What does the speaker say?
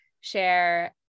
share